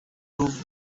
prove